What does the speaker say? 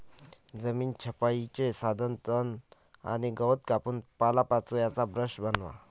जमीन छपाईचे साधन तण आणि गवत कापून पालापाचोळ्याचा ब्रश बनवा